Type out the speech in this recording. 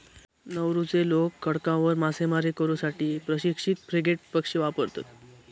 नौरूचे लोक खडकांवर मासेमारी करू साठी प्रशिक्षित फ्रिगेट पक्षी वापरतत